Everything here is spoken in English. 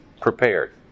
prepared